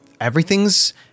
everything's